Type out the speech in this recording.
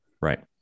Right